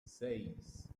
seis